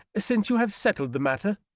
since you have settled the matter.